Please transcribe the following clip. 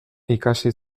ikasi